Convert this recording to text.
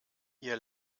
ihr